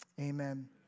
Amen